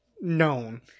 known